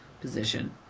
position